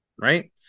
right